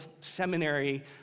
seminary